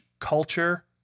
culture